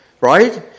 Right